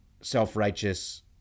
self-righteous